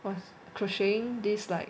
I was crocheting this like